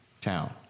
town